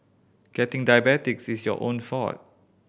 getting diabetes is your own fault